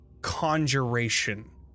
conjuration